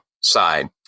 side